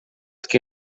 que